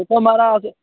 तुसें मा'राज